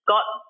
got